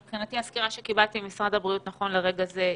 מבחינתי הסקירה שקיבלתי ממשרד הבריאות נכון לרגע זה מספיקה.